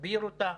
להדביר אותה,